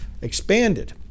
expanded